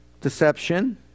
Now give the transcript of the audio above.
deception